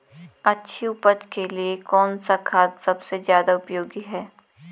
अच्छी उपज के लिए कौन सा खाद सबसे ज़्यादा उपयोगी है?